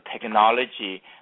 technology